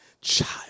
child